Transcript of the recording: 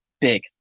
big